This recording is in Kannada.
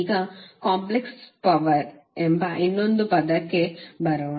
ಈಗ ಕಾಂಪ್ಲೆಕ್ಸ್ ಪವರ್ ಎಂಬ ಇನ್ನೊಂದು ಪದಕ್ಕೆ ಬರೋಣ